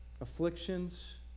afflictions